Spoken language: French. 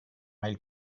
elles